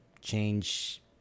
change